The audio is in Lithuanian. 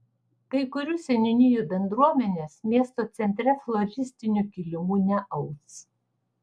kai kurių seniūnijų bendruomenės miesto centre floristinių kilimų neaus